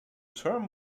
term